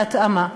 בהתאמה.